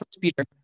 Peter